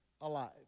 alive